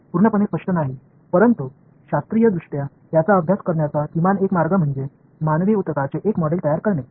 ஆனால் அதை விஞ்ஞான ரீதியாக ஆய்வு செய்வதற்கான ஒரு வழி என்னவென்றால் மனித திசுவின் ஒரு மாதிரியை உருவாக்குவது என்று சொல்லலாம்